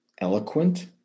eloquent